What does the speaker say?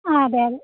ആ അതെയതെ